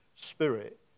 spirit